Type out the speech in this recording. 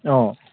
অঁ